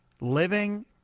living